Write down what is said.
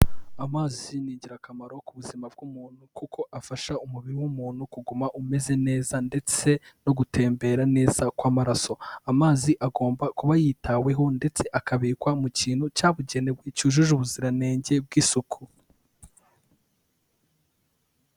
Amazi ni ingirakamaro ku buzima bw'umuntu kuko afasha umubiri w'umuntu kuguma umeze neza ndetse no gutembera neza kw'amaraso, amazi agomba kuba yitaweho ndetse akabikwa mu kintu cyabugenewe cyujuje ubuziranenge bw'isuku.